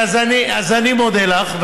אני מודה לך,